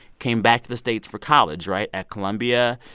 came back to the states for college right? at columbia.